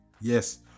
Yes